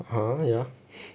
!huh! ya